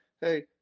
hey